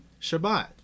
Shabbat